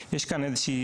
יש כאן איזושהי